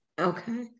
Okay